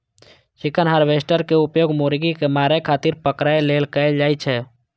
chicken harvester के उपयोग मुर्गी कें मारै खातिर पकड़ै लेल कैल जाइ छै